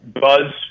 buzz